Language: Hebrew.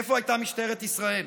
איפה הייתה משטרת ישראל?